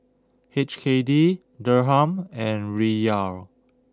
H K D Dirham and Riyal